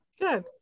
Good